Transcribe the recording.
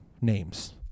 names